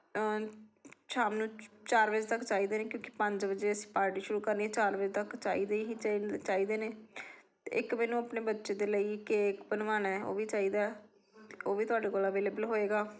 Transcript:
ਸ਼ਾਮ ਨੂੰ ਚਾਰ ਵਜੇ ਤੱਕ ਚਾਹੀਦੇ ਨੇ ਕਿਉਂਕਿ ਪੰਜ ਵਜੇ ਅਸੀਂ ਪਾਰਟੀ ਸ਼ੁਰੂ ਕਰਨੀ ਹੈ ਚਾਰ ਵਜੇ ਤੱਕ ਚਾਹੀਦੇ ਹੀ ਚਾਹੀਦੇ ਨੇ ਇੱਕ ਮੈਨੂੰ ਆਪਣੇ ਬੱਚੇ ਦੇ ਲਈ ਕੇਕ ਬਣਵਾਉਣਾ ਹੈ ਉਹ ਵੀ ਚਾਹੀਦਾ ਉਹ ਵੀ ਤੁਹਾਡੇ ਕੋਲ ਅਵੇਲੇਬਲ ਹੋਏਗਾ